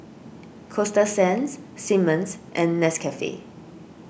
Coasta Sands Simmons and Nescafe